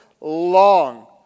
long